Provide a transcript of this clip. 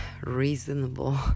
reasonable